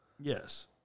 Yes